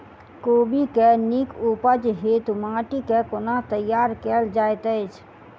कोबी केँ नीक उपज हेतु माटि केँ कोना तैयार कएल जाइत अछि?